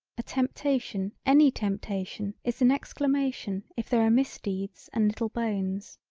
a temptation any temptation is an exclamation if there are misdeeds and little bones.